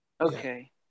Okay